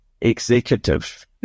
executive